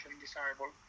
desirable